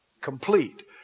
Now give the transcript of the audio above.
Complete